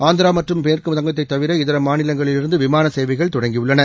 ஆந்திரா மற்றும் மேற்கு வங்கத்தைத் தவிர இதர மாநிலங்களிலிருந்து விமான சேவைகள் தொடங்கியுள்ளன